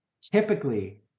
typically